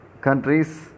countries